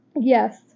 Yes